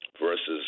versus